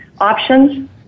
options